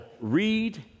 Read